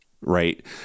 right